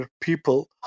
people